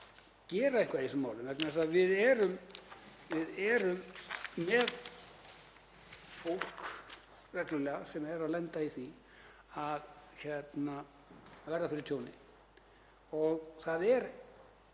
að gera eitthvað í þessum málum vegna þess að við erum reglulega með fólk sem lendir í því að verða fyrir tjóni og það er